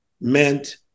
meant